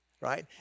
right